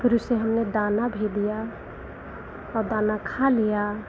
फिर उसे हमने दाना भी दिया और दाना खा लिया